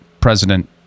president